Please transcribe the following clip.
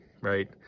right